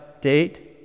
date